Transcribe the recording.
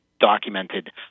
documented